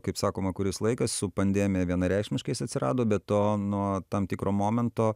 kaip sakoma kuris laikas su pandemija vienareikšmiškai jis atsirado be to nuo tam tikro momento